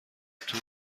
توی